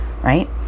right